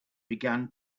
began